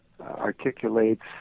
articulates